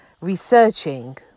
researching